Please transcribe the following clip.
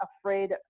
afraid